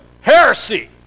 heresy